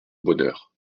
bonheur